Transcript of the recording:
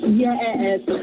yes